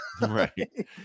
Right